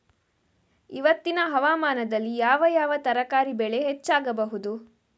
ಇವತ್ತಿನ ಹವಾಮಾನದಲ್ಲಿ ಯಾವ ಯಾವ ತರಕಾರಿ ಬೆಳೆ ಹೆಚ್ಚಾಗಬಹುದು?